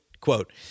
quote